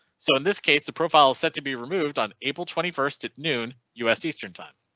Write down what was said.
so in this case the profile is set to be removed on april twenty first at noon us eastern time.